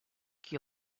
qui